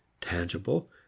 tangible